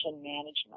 management